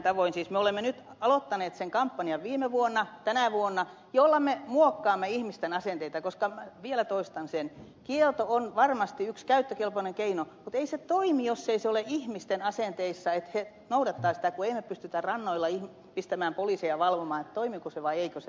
me olemme nyt aloittaneet sen kampanjan viime vuonna tänä vuonna jolla me muokkaamme ihmisten asenteita koska vielä toistan sen kielto on varmasti yksi käyttökelpoinen keino mutta ei se toimi jos ei se ole ihmisten asenteissa että he noudattaisivat tätä kun emme me pysty rannoille pistämään poliiseja valvomaan toimiiko se vai eikö se toimi